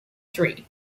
three